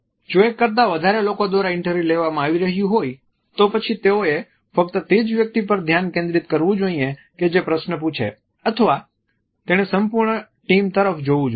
જો એક કરતાં વધારે લોકો દ્વારા ઇન્ટરવ્યૂ લેવામાં આવી રહ્યું હોય તો પછી તેઓએ ફક્ત તે જ વ્યક્તિ પર ધ્યાન કેન્દ્રિત કરવું જોઈએ કે જે પ્રશ્ન પૂછે અથવા તેણે સંપૂર્ણ ટીમ તરફ જોવું જોઈએ